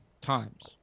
times